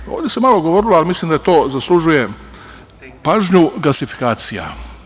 Dalje, ovde se malo govorilo, ali mislim da to zaslužuje pažnju – gasifikacija.